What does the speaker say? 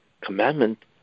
commandment